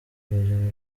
urugero